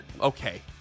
okay